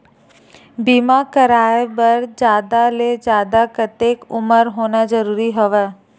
बीमा कराय बर जादा ले जादा कतेक उमर होना जरूरी हवय?